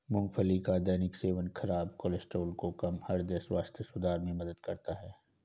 मूंगफली का दैनिक सेवन खराब कोलेस्ट्रॉल को कम, हृदय स्वास्थ्य सुधार में मदद करता है